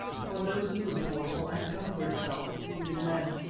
for no zulu force will encumber itself with wounded men.